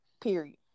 Period